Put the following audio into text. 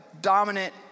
dominant